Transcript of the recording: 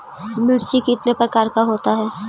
मिर्ची कितने प्रकार का होता है?